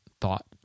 thought